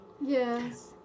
Yes